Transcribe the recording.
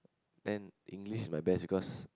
and English my best because